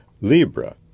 Libra